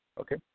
okay